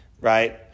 right